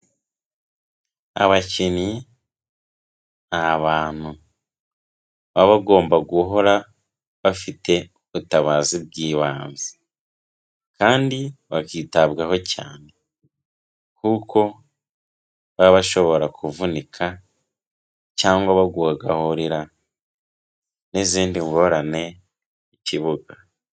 Abakinnyi ni abantu baba bagomba guhora bafite ubutabazi bw'ibanze kandi bakitabwaho cyane, kuko baba bashobora kuvunika cyangwa bagahurera n'izindi ngorane mu kibuga.